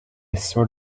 sort